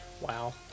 Wow